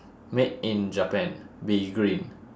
made in japan be green